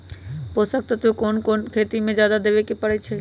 पोषक तत्व क कौन कौन खेती म जादा देवे क परईछी?